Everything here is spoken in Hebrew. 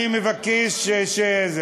אני מבקש.